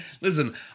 Listen